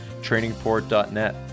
TrainingPort.net